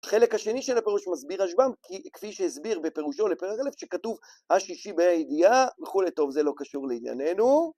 החלק השני של הפירוש מסביר רשב"ם, כפי שהסביר בפירושו לפרק אלף, שכתוב השישי בה' הידיעה וכולי, טוב, זה לא קשור לענייננו.